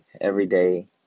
everyday